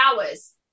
hours